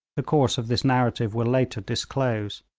the course of this narrative will later disclose.